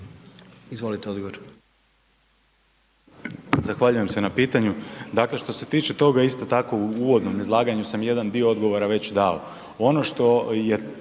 Izvolite, odgovor.